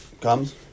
comes